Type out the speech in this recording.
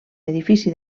edifici